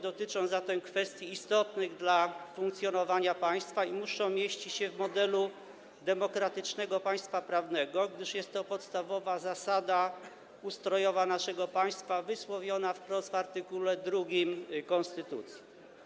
Dotyczą zatem kwestii istotnych dla funkcjonowania państwa i muszą mieścić się w modelu demokratycznego państwa prawnego, gdyż jest to podstawowa zasada ustrojowa naszego państwa wysłowiona wprost w art. 2 konstytucji.